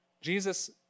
Jesus